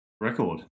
record